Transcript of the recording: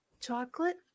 chocolate